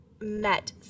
met